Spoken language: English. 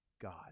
God